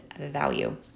value